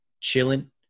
Chilling